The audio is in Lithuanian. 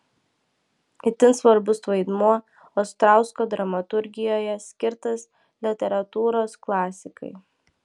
itin svarbus vaidmuo ostrausko dramaturgijoje skirtas literatūros klasikai